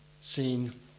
seen